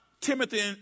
Timothy